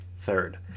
third